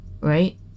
right